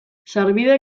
sarbide